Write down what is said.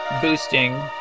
boosting